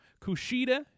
Kushida